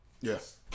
Yes